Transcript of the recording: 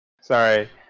Sorry